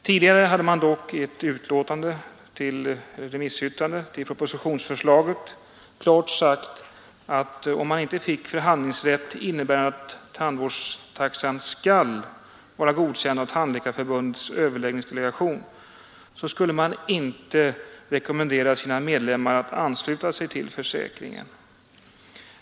Tidigare hade man dock i ett remissyttrande över propositionsförslaget klart sagt att om man inte fick en förhandlingsrätt innebärande att tandvårdstaxan skall vara godkänd av Tandläkarförbundets överläggningsdelegation, så skulle man inte rekommendera sina medlemmar att ansluta sig till försäkringen.